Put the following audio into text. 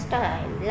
time